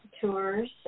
tours